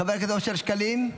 חבר הכנסת אושר שקלים,